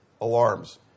alarms